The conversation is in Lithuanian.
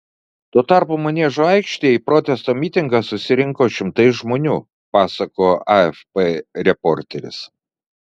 tuo tarpu maniežo aikštėje į protesto mitingą susirinko šimtai žmonių pasakojo afp reporteris